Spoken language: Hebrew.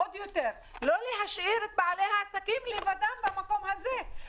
לא להשאיר את בעלי העסקים לבדם במקום הזה.